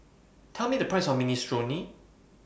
Tell Me The Price of Minestrone